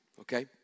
okay